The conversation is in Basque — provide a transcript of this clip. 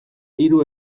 hiru